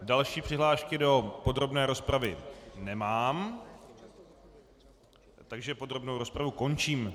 Další přihlášky do podrobné rozpravy nemám, takže podrobnou rozpravu končím.